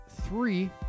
three